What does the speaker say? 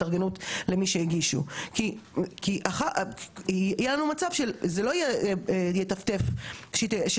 יהיה לנו מצב שזה לא יטפטף שהם יקבלו פעם בכמה